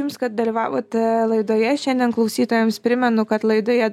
jums kad dalyvavote laidoje šiandien klausytojams primenu kad laidoje